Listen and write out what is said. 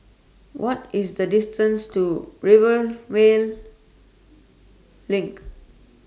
What IS The distance to Rivervale LINK